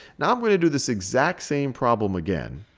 now i'm going to do this exact same problem again.